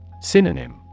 Synonym